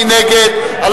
מי נגד?